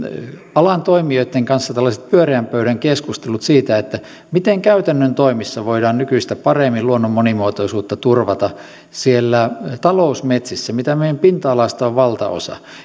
alan toimijoitten kanssa tällaiset pyöreän pöydän keskustelut siitä miten käytännön toimissa voidaan nykyistä paremmin luonnon monimuotoisuutta turvata siellä talousmetsissä mitä meidän pinta alasta on valtaosa